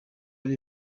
bari